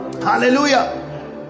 hallelujah